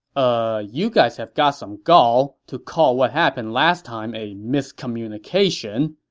ah, you guys have got some gall, to call what happened last time a miscommunication.